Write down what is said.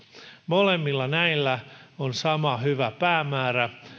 molemmilla näillä on sama hyvä päämäärä